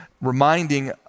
reminding